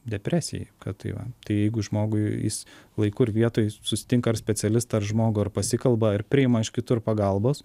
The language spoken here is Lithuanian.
depresijai kad tai va tai jeigu žmogui jis laiku ir vietoj susitinka ar specialistą ar žmogų ar pasikalba ar priima iš kitur pagalbos